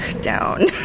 down